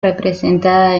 representada